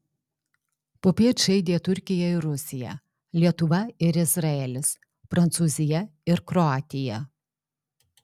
popiet žaidė turkija ir rusija lietuva ir izraelis prancūzija ir kroatija